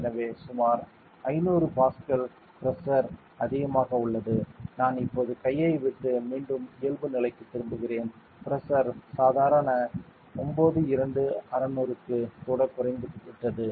எனவே சுமார் 500 pascal pressure அதிகமாக உள்ளது நான் இப்போது கையை விட்டு மீண்டும் இயல்பு நிலைக்குத் திரும்புகிறேன் பிரஷர் சாதாரண 92600 க்கு கூட குறைந்துவிட்டது